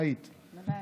כן, ודאי.